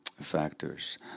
factors